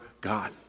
God